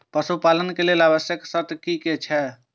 पशु पालन के लेल आवश्यक शर्त की की छै?